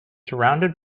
surrounded